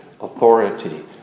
authority